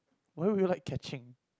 why would you like catching